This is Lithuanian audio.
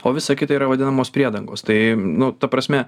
o visa kita yra vadinamos priedangos tai nu ta prasme